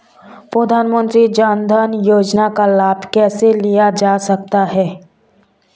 प्रधानमंत्री जनधन योजना का लाभ कैसे लिया जा सकता है?